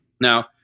Now